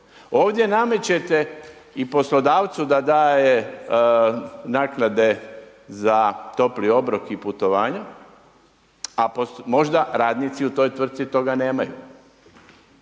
Ovdje namećete i poslodavcu da daje naknade za topli obrok i putovanje a možda radnici u toj tvrtci toga nemaju.